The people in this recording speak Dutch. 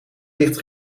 licht